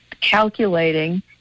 calculating